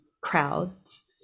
crowds